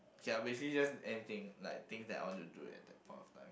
K lah basically just anything like things that I want to do at that point of time